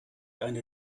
eine